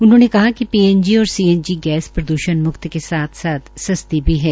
उन्होंने कहा कि पीएनजी और सीएनजी गैस प्रदूषण मुक्त के साथ सस्ती भी है